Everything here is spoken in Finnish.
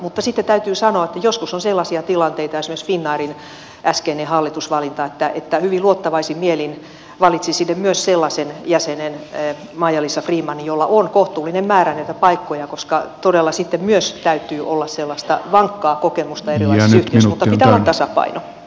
mutta sitten täytyy sanoa että joskus on sellaisia tilanteita esimerkiksi finnairin äskeinen hallitusvalinta että hyvin luottavaisin mielin valitsin sinne myös sellaisen jäsenen maija liisa frimanin jolla on kohtuullinen määrä näitä paikkoja koska todella sitten myös täytyy olla sellaista vankkaa kokemusta erilaisissa yhtiöissä mutta pitää olla tasapaino